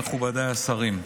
מכובדיי השרים,